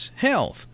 health